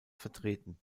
vertreten